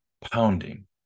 pounding